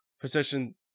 position